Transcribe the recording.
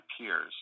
peers